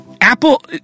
Apple